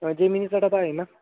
अ जेमिनीचा डबा आहे ना